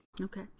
Okay